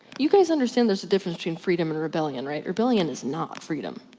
you guys understand there is a difference between freedom and rebellion right? rebellion is not freedom.